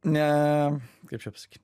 ne kaip čia pasakyt